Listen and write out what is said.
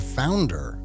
founder